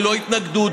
ללא התנגדות,